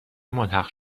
ملحق